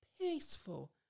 peaceful